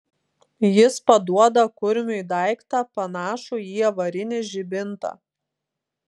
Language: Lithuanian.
jis paduoda kurmiui daiktą panašų į avarinį žibintą